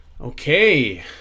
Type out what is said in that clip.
Okay